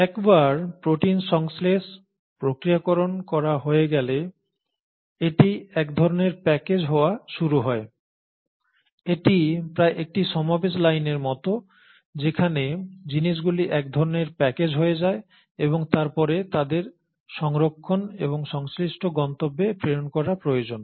একবার প্রোটিন সংশ্লেষ প্রক্রিয়াকরণ করা হয়ে গেলে এটি এক ধরণের প্যাকেজ হওয়া শুরু হয় এটি প্রায় একটি সমাবেশ লাইনের মতো যেখানে জিনিসগুলি এক ধরণের প্যাকেজ হয়ে যায় এবং তারপরে তাদের সংরক্ষণ এবং সংশ্লিষ্ট গন্তব্যে প্রেরণ করা প্রয়োজন